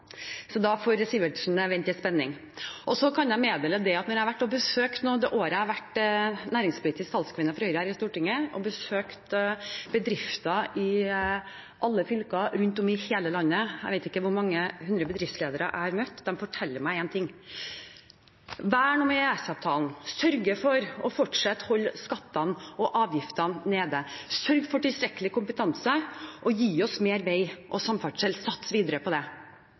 Så da får Sivertsen vente i spenning. Så kan jeg meddele at når jeg, det året jeg har vært næringspolitisk talskvinne for Høyre her i Stortinget, har besøkt bedrifter i alle fylker rundt om i hele landet – jeg vet ikke hvor mange hundre bedriftsledere jeg har møtt – forteller de meg det samme: Vern om EØS-avtalen, sørg for fortsatt å holde skattene og avgiftene nede, sørg for tilstrekkelig kompetanse, og gi oss mer vei og samferdsel – sats videre på det.